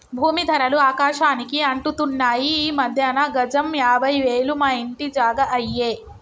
భూమీ ధరలు ఆకాశానికి అంటుతున్నాయి ఈ మధ్యన గజం యాభై వేలు మా ఇంటి జాగా అయ్యే